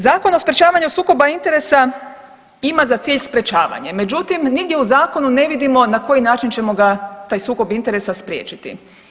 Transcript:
Zakon o sprječavanje sukoba interesa ima za cilj sprječavanje, međutim nigdje u zakonu ne vidimo na koji način ćemo ga taj sukob interesa spriječiti.